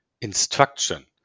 instruction